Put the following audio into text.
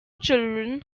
children